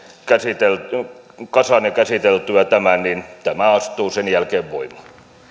kasaan ja käsiteltyä tämän niin tämä astuu sen jälkeen voimaan